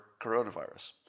coronavirus